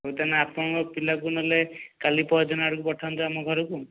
ହଉ ତାନେ ଆପଣଙ୍କ ପିଲାକୁ ନହେଲେ କାଲି ପରଦିନ ଆଡ଼କୁ ପଠାନ୍ତୁ ଆମ ଘରକୁ